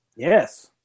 Yes